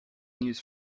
news